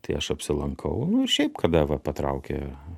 tai aš apsilankau nu ir šiaip kada va patraukia